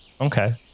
Okay